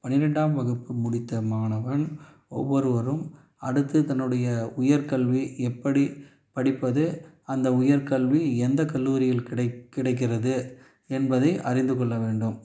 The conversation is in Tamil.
பன்னிரெண்டாம் வகுப்பு முடித்த மாணவன் ஒவ்வொருவரும் அடுத்து தன்னுடைய உயர் கல்வி எப்படி படிப்பது அந்த உயர் கல்வி எந்த கல்லூரியில் கிடை கிடைக்கிறது என்பதை அறிந்துக்கொள்ள வேண்டும்